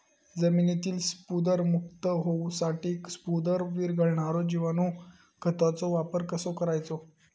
जमिनीतील स्फुदरमुक्त होऊसाठीक स्फुदर वीरघळनारो जिवाणू खताचो वापर कसो करायचो?